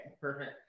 perfect